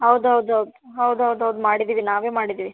ಹೌದು ಹೌದು ಹೌದು ಹೌದು ಹೌದು ಹೌದು ಮಾಡಿದ್ದೀವಿ ನಾವೇ ಮಾಡಿದ್ದೀವಿ